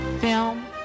film